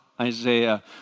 Isaiah